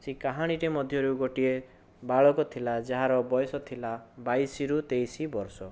ସେହି କାହାଣୀଟି ମଧ୍ୟରୁ ଗୋଟିଏ ବାଳକ ଥିଲା ଯାହାର ବୟସ ଥିଲା ବାଇଶିରୁ ତେଇଶି ବର୍ଷ